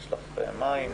תשתי קצת מים.